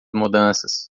mudanças